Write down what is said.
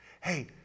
Hey